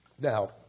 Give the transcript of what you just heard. Now